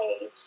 age